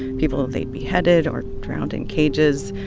people they beheaded or drowned in cages.